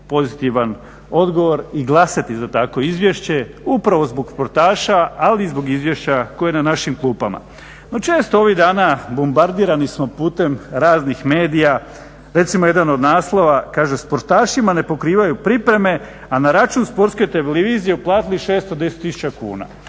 pozitivan odgovor i glasati za takvo izvješće upravo zbog sportaša ali i zbog izvješća koje je na našim klupama. No često ovih dana bombardirani smo putem raznih medija. Recimo jedan od naslova, kaže sportašima ne pokrivaju pripreme a na račun sportske televizije uplatili 610 tisuća kuna.